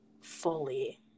fully